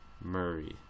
Murray